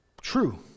true